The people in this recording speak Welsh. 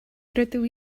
rydw